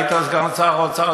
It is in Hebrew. היית אז סגן שר האוצר,